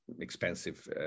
expensive